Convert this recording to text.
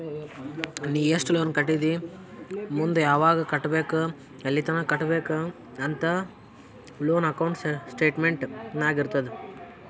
ನೀ ಎಸ್ಟ್ ಲೋನ್ ಕಟ್ಟಿದಿ ಮುಂದ್ ಯಾವಗ್ ಕಟ್ಟಬೇಕ್ ಎಲ್ಲಿತನ ಕಟ್ಟಬೇಕ ಅಂತ್ ಲೋನ್ ಅಕೌಂಟ್ ಸ್ಟೇಟ್ಮೆಂಟ್ ನಾಗ್ ಇರ್ತುದ್